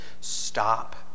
stop